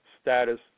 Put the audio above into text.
status